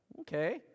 Okay